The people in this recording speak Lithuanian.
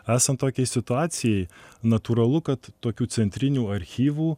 esant tokiai situacijai natūralu kad tokių centrinių archyvų